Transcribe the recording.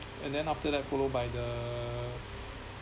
and then after that followed by the